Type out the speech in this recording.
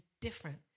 different